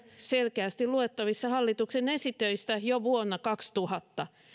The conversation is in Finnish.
selkeästi luettavissa hallituksen esitöistä jo vuonna kaksituhatta